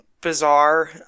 bizarre